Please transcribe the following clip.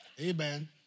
Amen